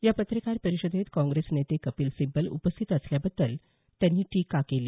या पत्रकार परिषदेत काँग्रेस नेते कपिल सिब्बल उपस्थित असल्याबद्दल त्यांनी टीका केली